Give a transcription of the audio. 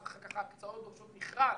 אז אחר כך ההקצאות דורשות מכרז.